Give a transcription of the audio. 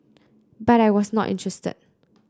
but I was not interested